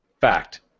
Fact